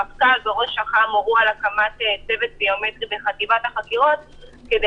המפכ"ל וראש אח"מ הורו על הקמת צוות ביומטרי בחטיבת החקירות כדי